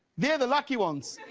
they are the lucky ones,